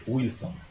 Wilson